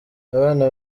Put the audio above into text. abana